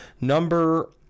Number